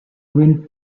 wind